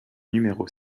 numéro